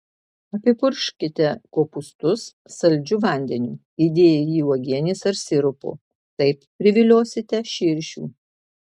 apipurkškite kopūstus saldžiu vandeniu įdėję į jį uogienės ar sirupo taip priviliosite širšių